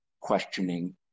questioning